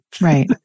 Right